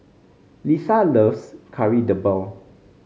Lissa loves Kari Debal